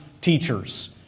teachers